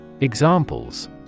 Examples